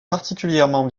particulièrement